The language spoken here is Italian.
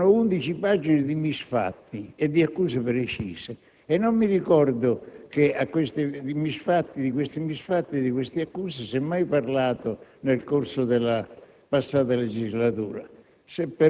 di 11 pagine di misfatti e di accuse precise e non mi ricordo che di questi misfatti e di tali accuse si sia mai parlato nel corso della passata legislatura;